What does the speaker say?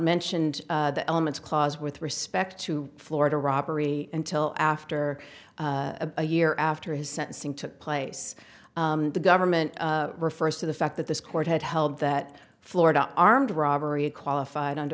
mentioned the elements clause with respect to florida robbery until after a year after his sentencing took place the government refers to the fact that this court had held that florida armed robbery a qualified